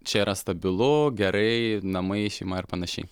čia yra stabilu gerai namai šeima ir panašiai